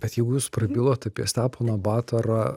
bet jeigu jūs prabilot apie steponą batorą